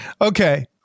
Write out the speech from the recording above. okay